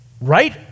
Right